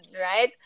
right